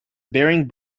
baring